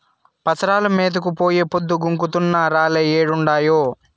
పసరాలు మేతకు పోయి పొద్దు గుంకుతున్నా రాలే ఏడుండాయో